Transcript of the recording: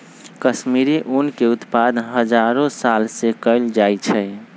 कश्मीरी ऊन के उत्पादन हजारो साल से कएल जाइ छइ